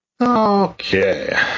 Okay